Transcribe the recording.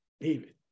david